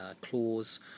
clause